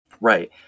Right